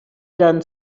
done